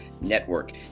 Network